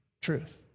truth